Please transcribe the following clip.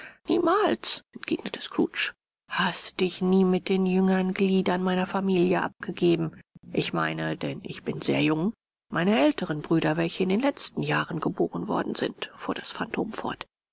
niemals entgegnete scrooge hast dich nie mit den jüngern gliedern meiner familie abgegeben ich meine denn ich bin sehr jung meine ältern brüder welche in den letztern jahren geboren worden sind fuhr das phantom fort